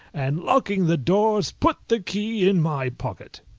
and locking the doors put the key in my pocket.